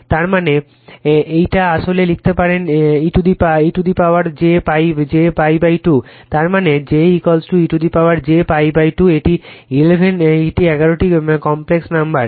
তার মানে এইটা আসলে লিখতে পারেন e to the power j π 2 তার মানে আমার j e j π 2 এটি 11টি কমপ্লেক্স সংখ্যা